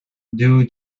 due